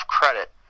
credit